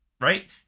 right